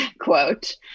quote